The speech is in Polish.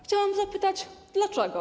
Chciałam zapytać dlaczego.